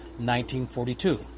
1942